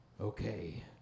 Okay